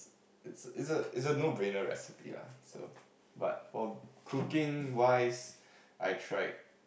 it's a it's a it's a no brainer recipe lah so but for cooking wise I tried